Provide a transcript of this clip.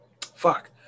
Fuck